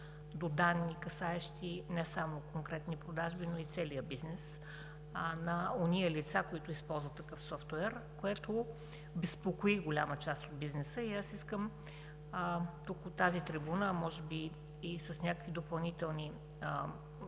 до данни, касаещи не само конкретни продажби, но и целия бизнес на ония лица, които използват такъв софтуер. Това безпокои голяма част от бизнеса. Искам тук, от тази трибуна, а може би и с някои допълнителни